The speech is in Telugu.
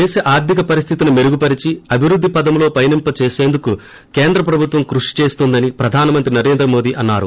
దేశ ఆర్దిక పరిస్థితిని మెరుగుపరిచి అభివృద్ది పదంలో పయనింప చేసేందుకు కేంద్ర ప్రభుత్వం కృషి చేస్తోందని ప్రధానమంత్రి నరేంద్ర మోదీ అన్నారు